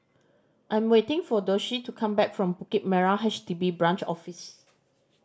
I am waiting for Doshie to come back from Bukit Merah H D B Branch Office